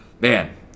man